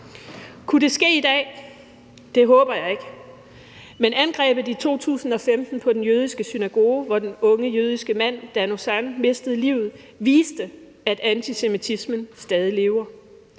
Kunne det ske i dag? Det håber jeg ikke. Men angrebet i 2015 på den jødiske synagoge, hvor den unge jødiske mand Dan Uzan mistede livet, viste, at antisemitismen stadig lever.